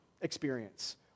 experience